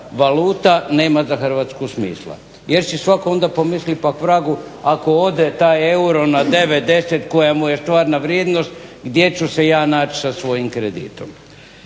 valuta nema za Hrvatsku smisla, jer će svako onda pomisli, pa k vragu ako ode taj euro na 9, 10 koja mu je stvarna vrijednost gdje ću se ja naći sa svojim kreditom.